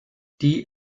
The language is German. die